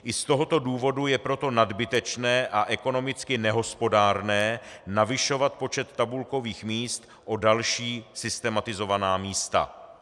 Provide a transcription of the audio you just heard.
I z tohoto důvodu je proto nadbytečné a ekonomicky nehospodárné navyšovat počet tabulkových míst o další systematizovaná místa.